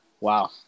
wow